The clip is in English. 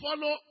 follow